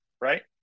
right